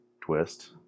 twist